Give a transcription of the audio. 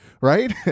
right